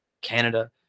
canada